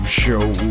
show